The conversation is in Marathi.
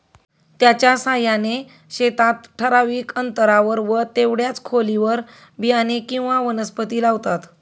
त्याच्या साहाय्याने शेतात ठराविक अंतरावर व तेवढ्याच खोलीवर बियाणे किंवा वनस्पती लावतात